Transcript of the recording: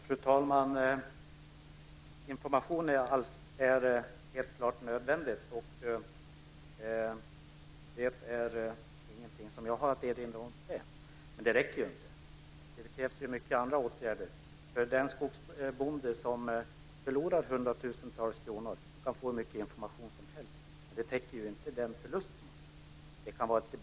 Fru talman! Information är helt klart nödvändig. Jag har inget att erinra om när det gäller det. Men det räcker inte. Det krävs mycket andra åtgärder. Den skogsbonde som förlorar hundratusentals kronor kan få hur mycket information som helst utan att det täcker den förlust som han har gjort.